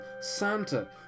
Santa